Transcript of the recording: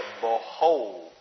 Behold